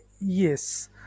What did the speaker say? yes